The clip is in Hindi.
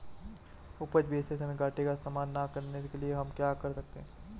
उपज बेचते समय घाटे का सामना न करने के लिए हम क्या कर सकते हैं?